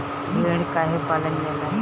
भेड़ काहे पालल जाला?